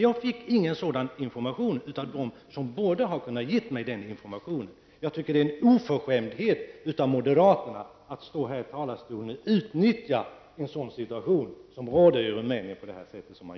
Jag fick ingen sådan information av dem som borde ha kunnat ge mig den. Jag tycker att det är en oförskämdhet av moderaterna att stå här i talarstolen och utnyttja den situation som råder i Rumänien.